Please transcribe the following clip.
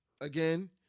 again